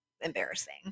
embarrassing